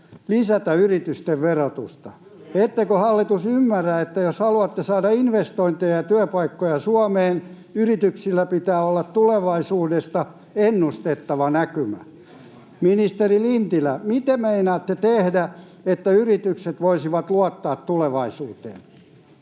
lisätä yritysten verotusta. Ettekö, hallitus, ymmärrä, että jos haluatte saada investointeja ja työpaikkoja Suomeen, yrityksillä pitää olla tulevaisuudesta ennustettava näkymä? Ministeri Lintilä, mitä meinaatte tehdä, että yritykset voisivat luottaa tulevaisuuteen?